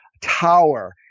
tower